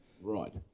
Right